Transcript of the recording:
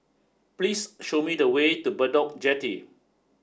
please show me the way to Bedok Jetty